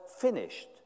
finished